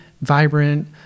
vibrant